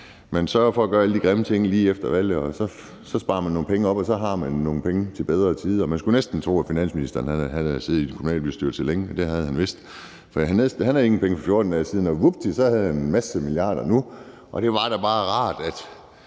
man sørger for at gøre alle de grimme ting lige efter valget, og så sparer man nogle penge op, som man så har til bedre tider. Man skulle næsten tro, at finansministeren havde siddet længe i en kommunalbestyrelse, og det har han vist. For han havde ingen penge for 14 dage siden, og vupti, så havde han nu en masse milliarder, og det er da bare rart, at